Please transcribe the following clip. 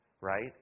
right